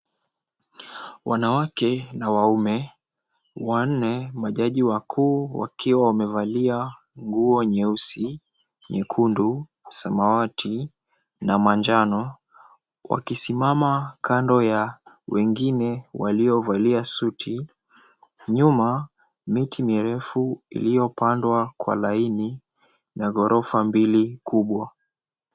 Wanawake na waume, wanne, majaji wakuu wakiwa wamevalia nguo nyeusi, nyekundu, samawati na manjani wakisimama kando ya wengine waliovalia suti. Nyuma, miti mirefu iliyopandwa kwa laini na ghorofa mbili kubwa.